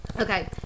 Okay